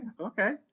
Okay